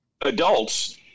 adults